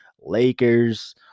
Lakers